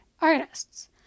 artists